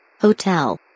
Hotel